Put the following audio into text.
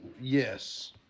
yes